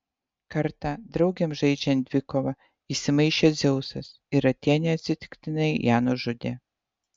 kartą draugėms žaidžiant dvikovą įsimaišė dzeusas ir atėnė atsitiktinai ją nužudė